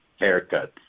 haircuts